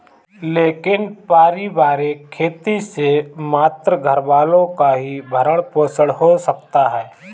लेकिन पारिवारिक खेती से मात्र घरवालों का ही भरण पोषण हो सकता है